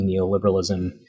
neoliberalism